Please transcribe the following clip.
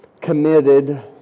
committed